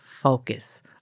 focus